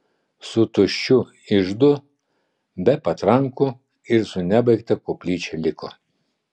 su tuščiu iždu be patrankų ir su nebaigta koplyčia liko